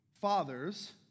fathers